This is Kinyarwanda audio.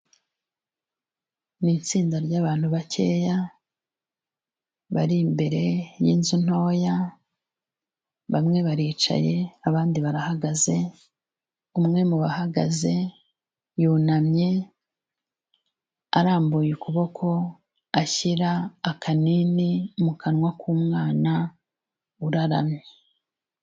Ni tsinda ry'abantu bakeya, bari imbere y'inzu ntoya, bamwe baricaye, abandi barahagaze, umwe mu bahagaze, yunamye arambuye ukuboko, ashyira akanini mu kanwa k'umwana uraramye.